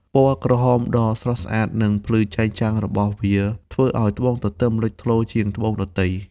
ពណ៌ក្រហមដ៏ស្រស់ស្អាត និងភ្លឺចែងចាំងរបស់វា ធ្វើឲ្យត្បូងទទឹមលេចធ្លោជាងត្បូងដទៃ។